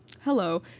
Hello